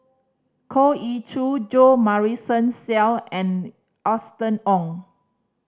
Goh Ee Choo Jo Marion Seow and Austen Ong